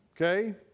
okay